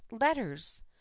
letters